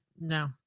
no